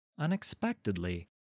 Unexpectedly